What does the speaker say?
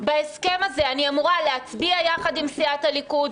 בהסכם הזה אני אמורה להצביע יחד עם סיעת הליכוד,